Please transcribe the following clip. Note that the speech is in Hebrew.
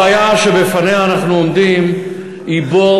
הבעיה שבפניה אנחנו עומדים היא בור